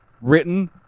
Written